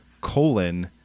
colon